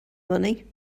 money